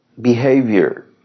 behavior